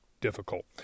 difficult